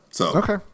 Okay